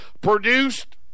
produced